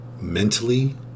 Mentally